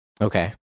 Okay